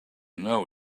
know